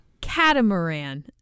Catamaran